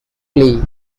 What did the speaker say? plea